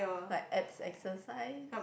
like abs exercise